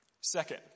Second